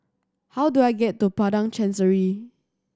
how do I get to Padang Chancery